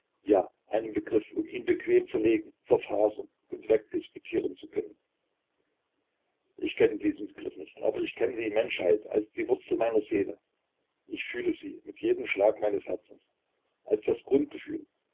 einen begriff um ihn bequem zerlegen zerfasern und wegdisputieren zu können ich kenne diesen begriff nicht aber ich kenne die menschheit als die wurzel meiner seele ich fühle sie mit jedem schlag meines herzens als das grundgefühl